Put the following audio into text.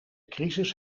crisis